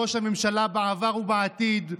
ראש הממשלה בעבר ובעתיד,